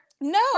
No